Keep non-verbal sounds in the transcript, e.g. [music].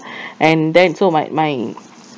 [breath] and then so my my